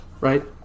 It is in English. Right